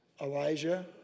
Elijah